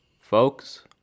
Folks